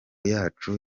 yacu